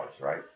right